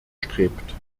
strebt